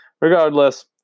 regardless